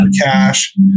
cash